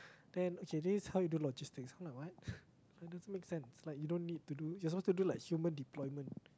then okay this is how you do logistics i'm like what but it doesn't make sense like you don't need to do you're supposed to do like human deployment